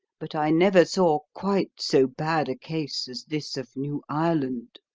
but i never saw quite so bad a case as this of new ireland.